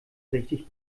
richtig